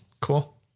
cool